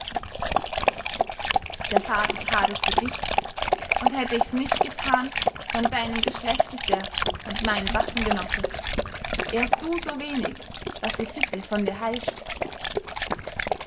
der vater tat es für dich und hätte ich's nicht getan von deinem geschlecht ist er und mein waffengenosse ehrst du so wenig was die sitte von dir heischt